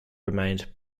remained